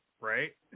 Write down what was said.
Right